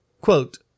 Quote